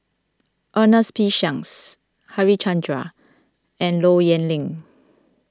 Ernest P Shanks Harichandra and Low Yen Ling